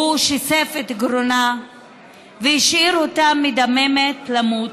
הוא שיסף את גרונה והשאיר אותה מדממת למות.